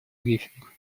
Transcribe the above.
брифинг